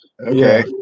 Okay